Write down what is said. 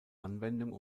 anwendung